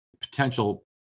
potential